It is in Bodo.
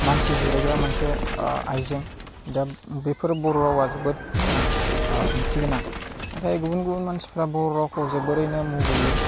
मानसि जिरायग्रा मोनसे आइजें दा बेफोर बर' रावआ जोबोदनो ओंथिगोनां नाथाय गुबुन गुबुन मानसिफ्रा बर' जोबोरैनो मुगैयो